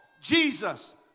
Jesus